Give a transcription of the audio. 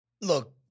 Look